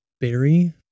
berry